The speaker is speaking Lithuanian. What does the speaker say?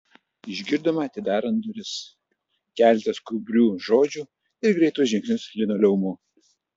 išgirdome atidarant duris keletą skubrių žodžių ir greitus žingsnius linoleumu